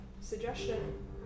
Suggestion